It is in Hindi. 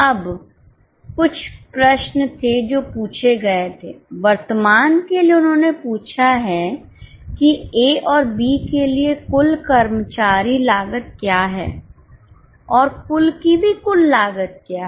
अब कुछ प्रश्न थे जो पूछे गए थे वर्तमान के लिए उन्होंने पूछा है कि ए और बी के लिए कुल कर्मचारी लागत क्या है और कुल की भी कुल लागत क्या है